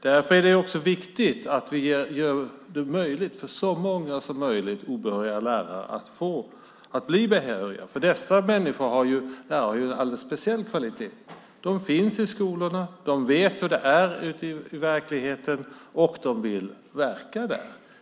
Därför är det viktigt att vi möjliggör för så många obehöriga lärare som möjligt att bli behöriga. De har nämligen en alldeles speciell kvalitet; de finns i skolorna, de vet hur det är ute i verkligheten och de vill verka där.